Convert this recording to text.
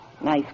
Nice